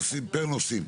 פר נושאים.